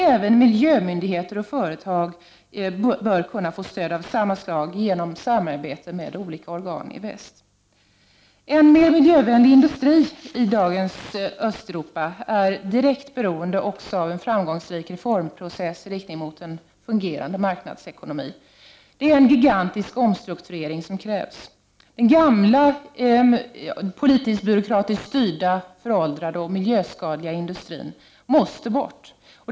Även miljömyndigheter och förtag bör kunna få stöd av samma slag genom samarbete med olika organ i väst. En mer miljövänlig industri i dagens Östeuropa är direkt beroende av en framgångsrik reformprocess i riktning mot en fungerande marknadsekonomi. Det är en gigantisk omstrukturering som krävs. Den gamla politiskbyråkratiskt styrda föråldrade och miljöskadliga industrin måste bort.